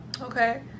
Okay